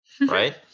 Right